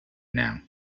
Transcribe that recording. now